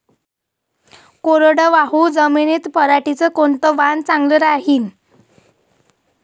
कोरडवाहू जमीनीत पऱ्हाटीचं कोनतं वान चांगलं रायीन?